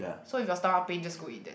so if your stomach pain just go eat that